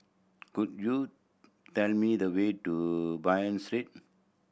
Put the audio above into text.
could you tell me the way to Bain Street